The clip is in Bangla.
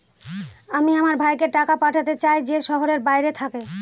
আমি আমার ভাইকে টাকা পাঠাতে চাই যে শহরের বাইরে থাকে